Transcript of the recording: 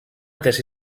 tesi